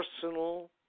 Personal